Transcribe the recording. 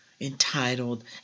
entitled